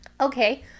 Okay